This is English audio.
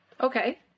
okay